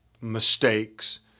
mistakes